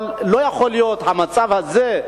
אבל לא יכול להיות המצב הזה,